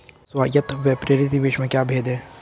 स्वायत्त व प्रेरित निवेश में क्या भेद है?